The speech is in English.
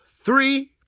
three